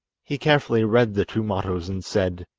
he carefully read the two mottoes and said